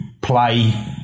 play